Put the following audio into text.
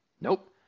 nope